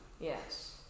Yes